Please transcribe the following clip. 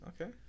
Okay